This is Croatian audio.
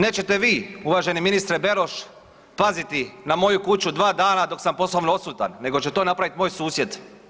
Nećete vi, uvaženi ministre Beroš paziti na moju kuću 2 dana dok sam poslovno odsutan, nego će to napraviti moj susjed.